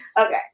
Okay